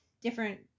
different